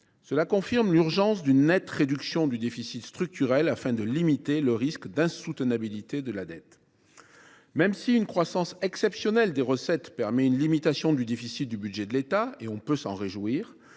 Cela confirme l’urgence d’une nette réduction du déficit structurel, afin de limiter le risque d’insoutenabilité de la dette. Même si une croissance exceptionnelle des recettes permet une limitation du déficit du budget de l’État, ce dont on peut se réjouir,